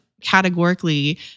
categorically